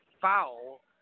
foul